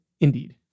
Indeed